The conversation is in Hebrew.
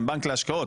הם בנק להשקעות,